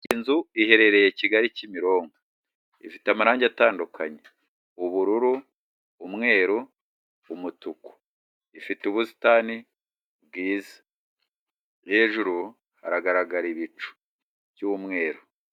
Inzu iherereye Kigali Kimironko ifite amarangi atandukanye ubururu, umweru, umutuku, ifite ubusitani bwiza hejuru haragaragara ibicu by'umweru.